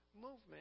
movement